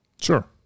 Sure